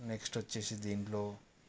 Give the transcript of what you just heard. next వచ్చేసి దీంట్లో